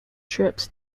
trips